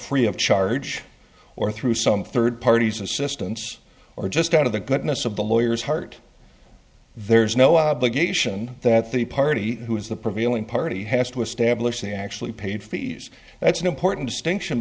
free of charge or through some third parties assistance or just out of the goodness of the lawyers heart there's no obligation that the party who is the prevailing party has to establish the actually paid fees that's an important distinction